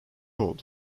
oldu